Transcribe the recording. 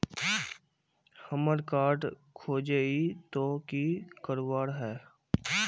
हमार कार्ड खोजेई तो की करवार है?